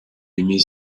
émet